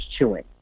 chewing